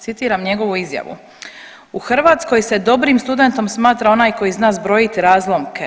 Citiram njegovu izjavu: „U Hrvatskoj se dobrim studentom smatra onaj koji zna zbrojiti razlomke.